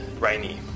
rainy